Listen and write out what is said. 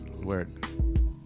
Word